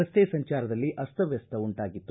ರಸ್ತೆ ಸಂಚಾರದಲ್ಲಿ ಅಸ್ತವ್ಯಸ್ತ ಉಂಟಾಗಿತ್ತು